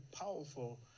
powerful